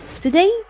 Today